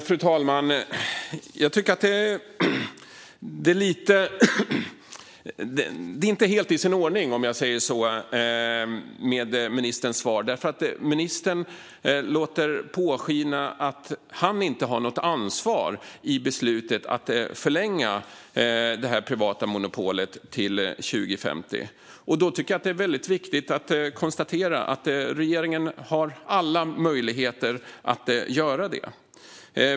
Fru talman! Jag tycker inte att ministerns svar är helt i sin ordning om man säger så. Ministern låter påskina att han inte har något ansvar för beslutet att förlänga det privata monopolet till 2050. Då tycker jag att det är viktigt att konstatera att regeringen har alla möjligheter att påverka det.